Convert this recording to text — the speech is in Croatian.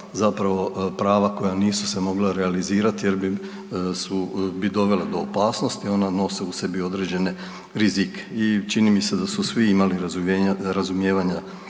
zapravo prava koja nisu se mogla realizirati jer bi dovela do opasnosti, ona nose u sebi određene rizike. I čini mi se da su svi imali razumijevanja